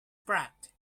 prepped